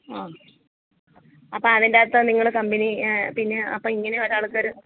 ആ അപ്പം അതിൻ്റെകത്ത് നിങ്ങൾ കമ്പനി പിന്നെ അപ്പം ഇങ്ങനെ ഒരാൾക്ക് ഒരു